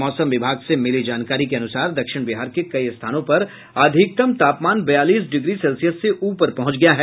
मौसम विभाग से मिली जानकारी के अनुसार दक्षिण बिहार के कई स्थानों पर अधिकतम तापमान बयालीस डिग्री सेल्सियस से ऊपर पहुंच गया है